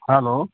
hello